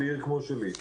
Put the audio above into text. בעיר כמו שלי,